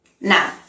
now